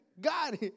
God